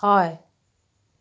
হয়